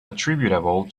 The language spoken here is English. attributable